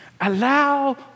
Allow